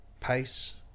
pace